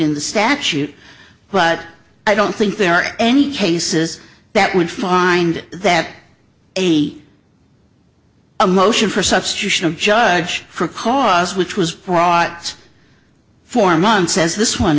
in the statute but i don't think there are any cases that would find that a a motion for substitution of judge for a cause which was brought for months as this one